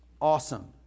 awesome